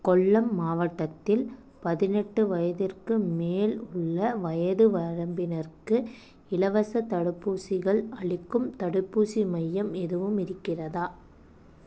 கொல்லம் மாவட்டத்தில் பதினெட்டு வயதிற்கு மேல் உள்ள வயது வரம்பினருக்கு இலவசத் தடுப்பூசிகள் அளிக்கும் தடுப்பூசி மையம் எதுவும் இருக்கிறதா